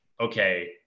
okay